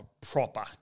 proper